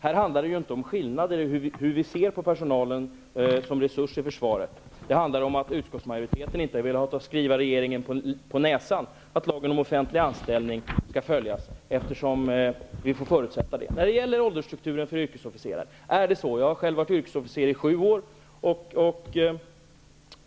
Här handlar det ju inte om skillnader i hur vi ser på personalen som resurs i försvaret, utan det handlar om att utskottsmajoriteten inte har velat skriva regeringen på näsan att lagen om offentlig anställning skall följas, eftersom man har förutsett det. Jag har själv varit yrkesofficer i sju år.